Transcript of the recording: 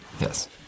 Yes